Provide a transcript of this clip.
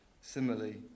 Similarly